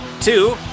two